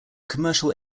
commercial